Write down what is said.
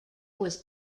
was